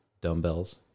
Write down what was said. dumbbells